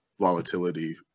volatility